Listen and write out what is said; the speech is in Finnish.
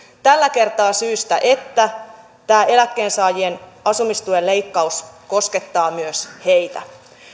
tällä kertaa syystä että tämä eläkkeensaajien asumistuen leikkaus koskettaa myös heitä